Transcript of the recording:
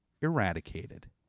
eradicated